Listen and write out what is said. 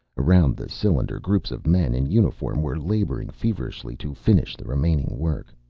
around the cylinder groups of men in uniform were laboring feverishly to finish the remaining work.